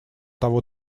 того